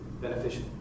beneficial